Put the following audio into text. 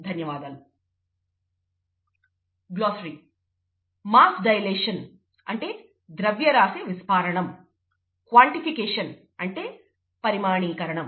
ధన్యవాదములు